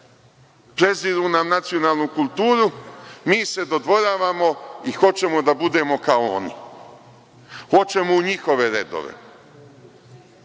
preziru nam nacionalnu kulturu, mi se dodvoravamo i hoćemo da budemo kao oni, hoćemo u njihove redove. Valjda